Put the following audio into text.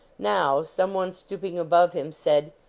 now, someone, stooping above him, said,